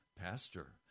Pastor